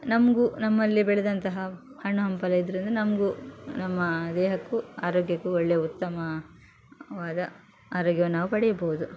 ನಮ್ಗೂ ನಮ್ಮಲ್ಲಿ ಬೆಳೆದಂತಹ ಹಣ್ಣು ಹಂಪಲು ಇದ್ರಿಂದ ನಮ್ಗೂ ನಮ್ಮ ದೇಹಕ್ಕೂ ಆರೋಗ್ಯಕ್ಕೂ ಒಳ್ಳೆ ಉತ್ತಮವಾದ ಆರೋಗ್ಯವನ್ನು ನಾವು ಪಡೆಯಬಹುದು